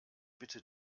bitte